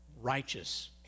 righteous